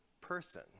person